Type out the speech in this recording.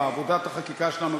בעבודת החקיקה שלנו,